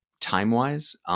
time-wise